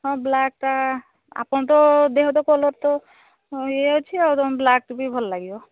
ହଁ ବ୍ଲାକ୍ ଟା ଆପଣତ ଦେହର କଲର୍ ତ ଉଁ ଇଏ ଅଛି ଆଉ ତମୁକୁ ବ୍ଲାକ୍ ବି ଭଲଲାଗିବ